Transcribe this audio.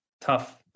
tough